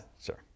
sure